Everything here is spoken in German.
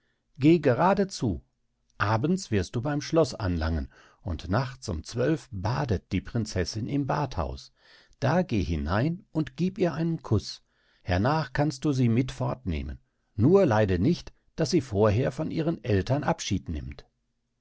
geh geradezu abends wirst du beim schloß anlangen und nachts um zwölf uhr badet die prinzessin im badhaus da geh hinein und gieb ihr einen kuß hernach kannst du sie mit fortnehmen nur leide nicht daß sie vorher von ihren eltern abschied nimmt